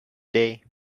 day